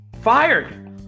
Fired